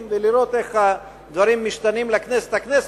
ולראות איך הדברים משתנים מכנסת לכנסת.